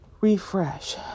refresh